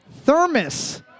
Thermos